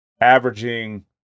averaging